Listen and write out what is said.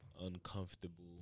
uncomfortable